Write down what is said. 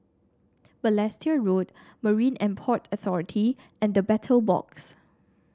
Balestier Road Marine And Port Authority and The Battle Box